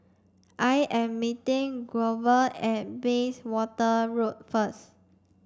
I am meeting Grover at Bayswater Road first